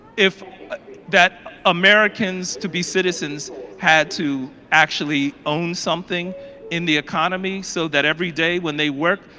if that americans to be citizens had to actually own something in the economy, so that every day when they work,